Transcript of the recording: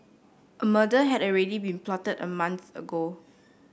a murder had already been plotted a month ago